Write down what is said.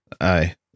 aye